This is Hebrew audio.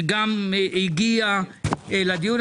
שגם הגיע לדיון,